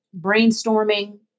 brainstorming